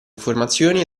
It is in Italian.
informazioni